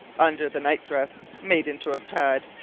under the night-dress, made into a pad,